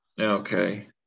okay